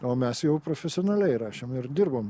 o mes jau profesionaliai įrašėm ir dirbom